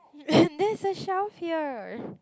there's a shelf here